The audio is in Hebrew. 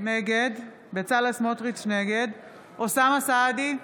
נגד אוסאמה סעדי,